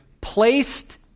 Placed